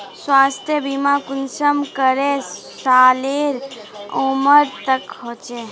स्वास्थ्य बीमा कुंसम करे सालेर उमर तक होचए?